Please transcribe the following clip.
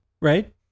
right